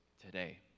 today